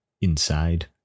inside